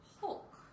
Hulk